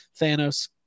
thanos